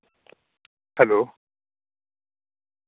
hello